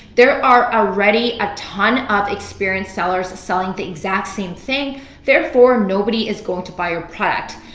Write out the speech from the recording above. there are already a ton of experienced sellers selling the exact same thing therefore, nobody is going to buy your product.